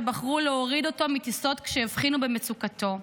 שבחרו להוריד אותו מטיסות כשהבחינו במצוקתו.